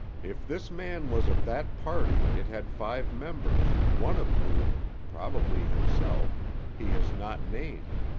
if this man was of that party it had five members, one of whom probably himself he has not named.